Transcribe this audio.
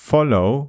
Follow